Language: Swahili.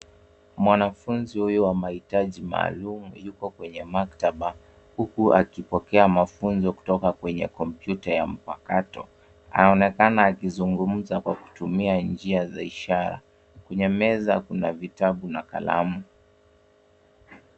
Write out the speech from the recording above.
Mwanafunzi huyu wa mahitaji maalum yupo kwenye maktaba huku akipokea mafunzo kutoka kwenye kompyuta ya mpakato. Anaonekana akizungumza kwa kutumia njia za ishara. Kwenye meza kuna vitabu na kalamu.